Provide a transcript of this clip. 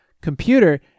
computer